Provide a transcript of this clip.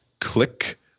click